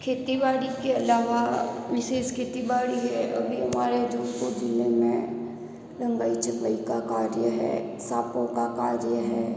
खेती बाड़ी के अलावा विशेष खेती बाड़ी है अभी हमारे जोधपुर जिले में रंगाइ छपाइ का कार्य है साफ़ो का कार्य है